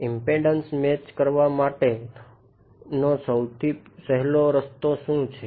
impedance match કરવા માટેનો સૌથી સહેલો રસ્તો શું છે